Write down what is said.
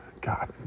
God